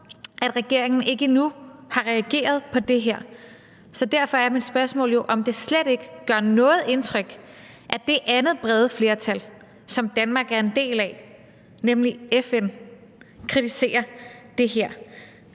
at regeringen endnu ikke har reageret på det her. Så derfor er mit spørgsmål jo, om det slet ikke gør noget indtryk, at det andet brede flertal, som Danmark er en del af, nemlig FN, kritiserer det her.